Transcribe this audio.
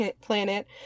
planet